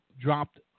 dropped